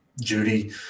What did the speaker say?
Judy